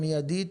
מיידית,